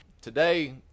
Today